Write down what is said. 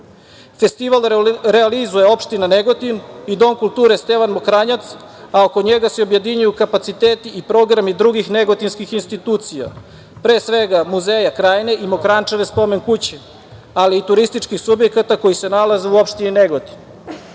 realizuje opština Negotin i Dom kulture „Stevan Mokranjac“, a oko njega se objedinjuju kapaciteti i programi drugih negotinskih institucija, pre svega muzeja krajne i Mokranjčeve spomene kuće, ali i turističkih subjekata koji se nalaze u opštini Negotin. Što